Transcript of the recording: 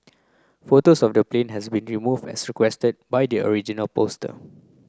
photos of the plane have been removed as requested by the original poster